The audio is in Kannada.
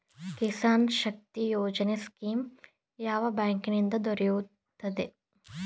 ಕಿಸಾನ್ ಶಕ್ತಿ ಯೋಜನೆ ಸ್ಕೀಮು ಯಾವ ಬ್ಯಾಂಕಿನಿಂದ ದೊರೆಯುತ್ತದೆ?